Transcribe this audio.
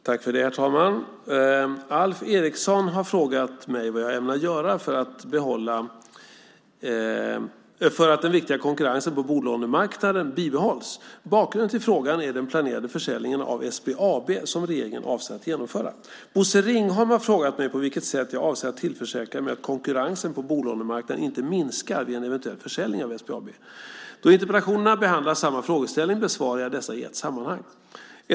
Herr talman! Alf Eriksson har frågat mig vad jag ämnar göra för att den viktiga konkurrensen på bolånemarknaden bibehålls. Bakgrunden till frågan är den planerade försäljningen av SBAB som regeringen avser att genomföra. Bosse Ringholm har frågat mig på vilket sätt jag avser att tillförsäkra att konkurrensen på bolånemarknaden inte minskar vid en eventuell försäljning av SBAB. Då interpellationerna behandlar samma frågeställning besvarar jag dessa i ett sammanhang.